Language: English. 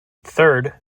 third